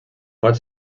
pot